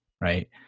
Right